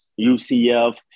UCF